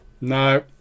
no